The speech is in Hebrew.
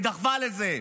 היא דחפה לזה,